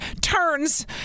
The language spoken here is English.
turns